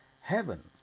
heaven